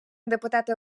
депутати